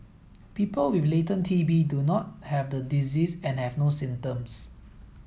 people with latent T B do not have the disease and have no symptoms